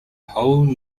whole